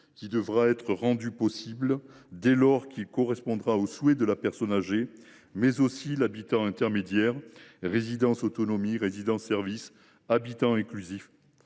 qui devra être rendu possible dès lors qu’il correspondra au souhait de la personne âgée, mais aussi l’habitat intermédiaire – résidences autonomie, résidences services, habitat inclusif